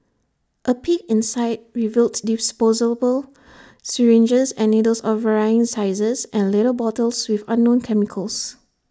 A peek inside revealed disposable syringes and needles of varying sizes and little bottles with unknown chemicals